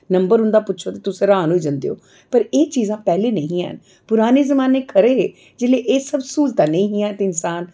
number उं'दा पुच्छो तां तुस र्हान होई जंदे ओ पर एह् चीज़ां पैह्लें निं हैन पराने जमान्नै खरे हे जेल्लै एह् सब स्हूलतां नेईं हियां ते इंसान